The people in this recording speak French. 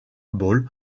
bowl